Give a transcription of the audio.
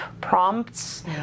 prompts